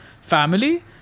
family